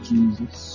Jesus